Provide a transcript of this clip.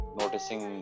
noticing